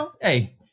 Hey